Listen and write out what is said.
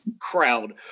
crowd